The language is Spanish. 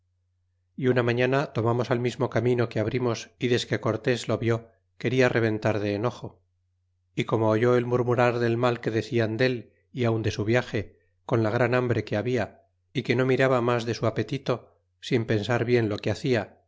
y una mañana tomamos al mismo camino que abrimos y desque cortés lo vió quena reventar de enojo y como oyó el murmurar del mal que decianlyaj y aun de su viage con la gran hambre que habla y que no miraba mas de su apetito sin pensar bien lo que hacia